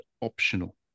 optional